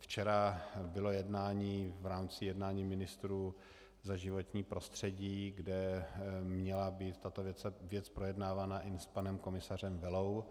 Včera bylo jednání v rámci jednání ministrů za životní prostředí, kde měla být tato věc projednávána i s panem komisařem Vellou.